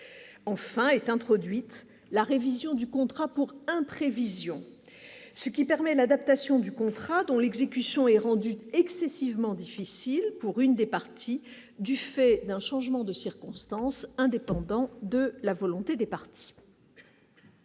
enfin est introduite la révision du contrat pour imprévision, ce qui permet l'adaptation du contrat, dont l'exécution est rendu excessivement difficile pour une des parties du fait d'un changement de circonstances indépendantes de la volonté des parties.